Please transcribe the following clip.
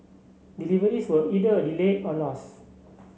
deliveries were either delayed or lost